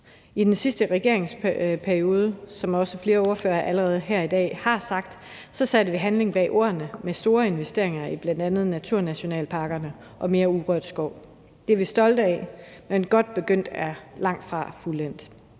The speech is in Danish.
I den sidste regeringsperiode, hvad også flere ordførere her i dag allerede har sagt, satte vi handling bag ordene med store investeringer i bl.a. naturnationalparkerne og mere urørt skov. Det er vi stolte af, men godt begyndt er langtfra fuldendt.